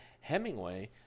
Hemingway